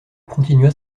continua